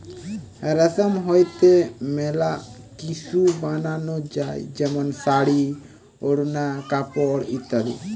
রেশম হইতে মেলা কিসু বানানো যায় যেমন শাড়ী, ওড়না, কাপড় ইত্যাদি